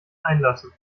einlassen